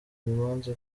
imanza